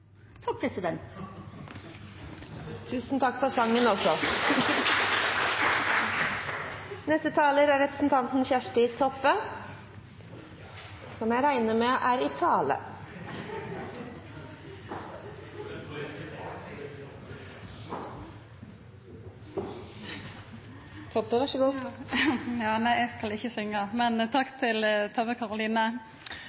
Takk, president! Tusen takk for sangen! Neste taler er representanten Kjersti Toppe – som jeg regner med tar det i tale. Eg skal ikkje syngja, men takk